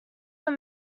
were